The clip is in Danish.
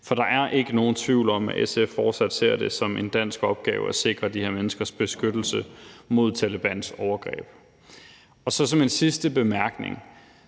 For der er ikke nogen tvivl om, at SF fortsat ser det som en dansk opgave at sikre de her menneskers beskyttelse mod Talebans overgreb. Som en sidste bemærkning